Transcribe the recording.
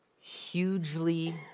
hugely